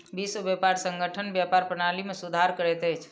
विश्व व्यापार संगठन व्यापार प्रणाली में सुधार करैत अछि